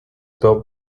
built